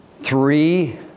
Three